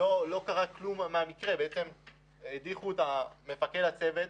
מאז המקרה לא קרה כלום, בעצם הדיחו את מפקד הצוות